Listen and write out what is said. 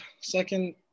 Second